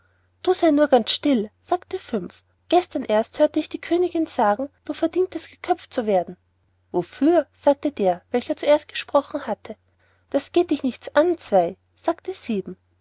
du sei nur ganz still sagte fünf gestern erst hörte ich die königin sagen du verdientest geköpft zu werden wofür fragte der welcher zuerst gesprochen hatte das geht dich nichts an zwei sagte sieben